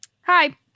hi